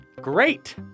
Great